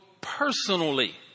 personally